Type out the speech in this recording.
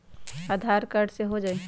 आधार card से हो जाइ?